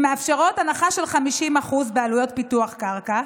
שמאפשרות הנחה של 50% בעלויות פיתוח קרקע.